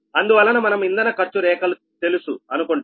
అందువలన మనం ఇంధన ఖర్చు రేఖలు తెలుసు అనుకుంటాం